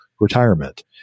retirement